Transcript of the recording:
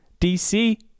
DC